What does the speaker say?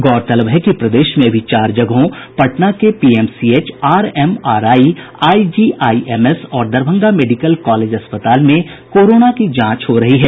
गौरतलब है कि प्रदेश में अभी चार जगहों पटना के पीएमसीएच आरएमआरआई आईजीआईएमएस और दरभंगा मेडिकल कॉलेज अस्पताल में कोरोना की जांच हो रही है